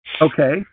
Okay